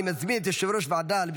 אושרה בקריאה הראשונה,